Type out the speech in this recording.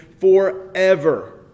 forever